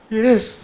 yes